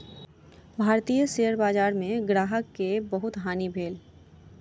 भारतीय शेयर बजार में ग्राहक के बहुत हानि भेल